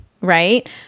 right